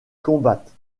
combattent